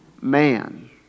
man